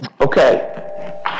Okay